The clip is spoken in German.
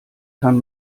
kann